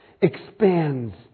expands